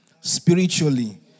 spiritually